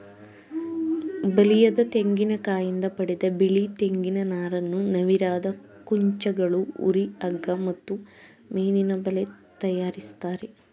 ಬಲಿಯದ ತೆಂಗಿನಕಾಯಿಂದ ಪಡೆದ ಬಿಳಿ ತೆಂಗಿನ ನಾರನ್ನು ನವಿರಾದ ಕುಂಚಗಳು ಹುರಿ ಹಗ್ಗ ಮತ್ತು ಮೀನಿನಬಲೆ ತಯಾರಿಸ್ತರೆ